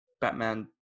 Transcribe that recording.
Batman